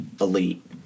elite